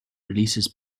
releases